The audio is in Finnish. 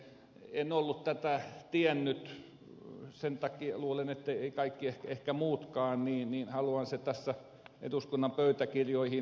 en ollut tätä tiennyt ja luulen että eivät ehkä kaikki muutkaan niin että haluan sen tässä eduskunnan pöytäkirjoihin todeta